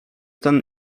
ten